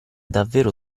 davvero